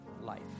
life